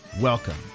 Welcome